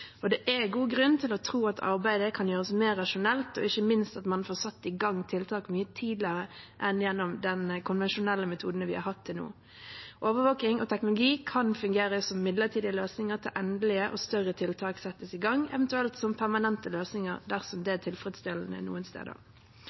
Det er god grunn til å tro at arbeidet kan gjøres mer rasjonelt, og ikke minst at man får satt i gang tiltak mye tidligere enn gjennom de konvensjonelle metodene vi har hatt til nå. Overvåking og teknologi kan fungere som midlertidige løsninger til endelige og større tiltak settes i gang, eventuelt som permanente løsninger dersom det er tilfredsstillende noen steder.